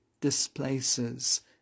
displaces